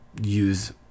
use